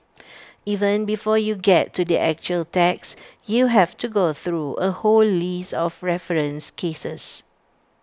even before you get to the actual text you have to go through A whole list of referenced cases